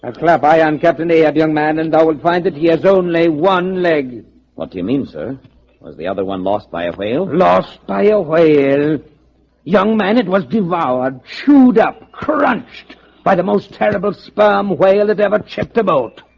ah clap. i am captain ahab young man, and i will find it. he has only one leg what he means her was the other one lost by a whale lost by ah a whale ah young man, it was devoured chewed up crunched by the most terrible sperm whale it ever chipped a boat